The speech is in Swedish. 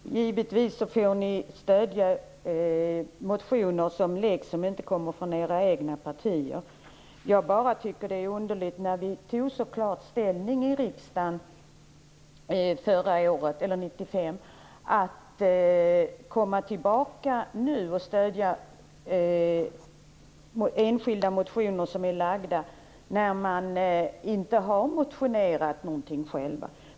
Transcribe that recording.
Fru talman! Givetvis får ni stödja motioner som inte läggs fram av era egna partier. Eftersom vi tog så klar ställning i riksdagen 1995 tycker jag bara att det är litet underligt att nu komma tillbaka och stödja enskilda motioner när man inte har motionerat själv.